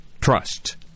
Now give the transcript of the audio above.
trust